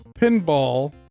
pinball